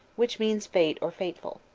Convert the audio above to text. which means fate or fateful.